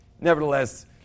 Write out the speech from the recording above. nevertheless